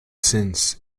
sins